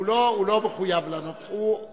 אתה